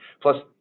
Plus